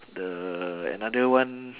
the another one